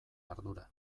ardura